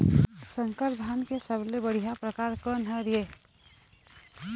संकर धान के सबले बढ़िया परकार कोन हर ये?